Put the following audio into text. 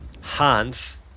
Hans